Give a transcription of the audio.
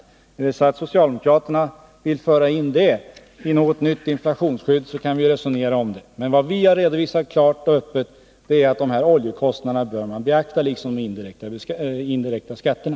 Är det så att socialdemokraterna vill föra in det i något nytt inflationsskydd kan vi ju resonera om det, men vad vi redovisat klart och öppet är att man bör beakta dessa oljekostnader liksom de indirekta skatterna.